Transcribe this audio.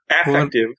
affective